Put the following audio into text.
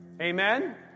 Amen